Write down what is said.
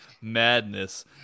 madness